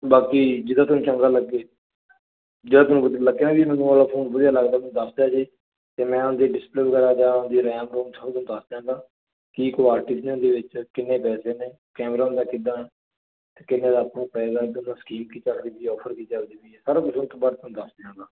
ਬਾਕੀ ਜਦੋਂ ਤੈਨੂੰ ਚੰਗਾ ਲੱਗੇ ਫੋਨ ਵਧੀਆ ਲੱਗਦਾ ਜੀ ਤੇ ਮੈਂ ਦੀ ਡਿਸਪਲੇ ਵਗੈਰਾ ਕੀ ਕੁਆਲਿਟੀ ਦੇ ਵਿੱਚ ਕਿ ਉਸ ਤੋਂ ਨੇ ਪੈਸੇ ਨੇ ਕੈਮਰਾ ਦਾ ਕਿੱਦਾਂ ਕਿੰਨੇ ਪਏਗਾ ਸਕੀਮ ਕੀ ਚੱਲ ਰਹੀ ਸੀ ਆਫਰ ਕੀ ਚਲਦੀ ਹੈ ਸਾਰਾ ਕੁਝ ਬਾਅਦ ਵਿਚ ਦਸ ਦਿਆਂਗਾ